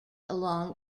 along